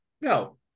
No